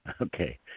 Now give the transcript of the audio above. Okay